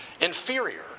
inferior